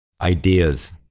ideas